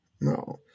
No